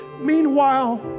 Meanwhile